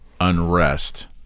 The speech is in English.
unrest